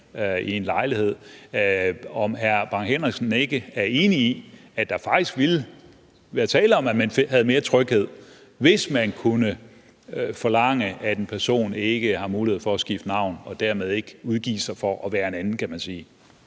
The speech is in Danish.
i en lejlighed. Er hr. Preben Bang Henriksen ikke enig i, at der faktisk ville være tale om, at man havde mere tryghed, hvis man kunne forlange, at en person ikke har mulighed for at skifte navn og dermed ikke udgive sig for at være en anden, kan man sige?